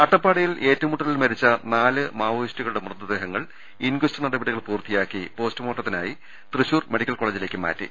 അട്ടപ്പാടിയിൽ ഏറ്റുമുട്ടലിൽ മരിച്ച നാലു മാവോയിസ്റ്റുകളുടെ മൃതദേഹങ്ങൾ ഇൻക്വസ്റ്റ് നടപടികൾ പൂർത്തിയാക്കി പോസ്റ്റ്മോർട്ട ത്തിനായി തൃശൂർ മെഡിക്കൽ കോളജിലേക്ക് മാറ്റി